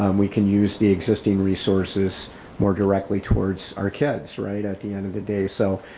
um we can use the existing resources more directly towards our kids right at the end of the day. so,